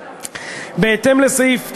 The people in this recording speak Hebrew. בהתאם לסעיף 9(א)(6)